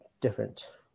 different